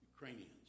Ukrainians